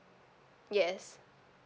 yes